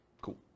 Cool